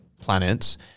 planets